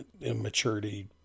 immaturity